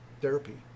therapy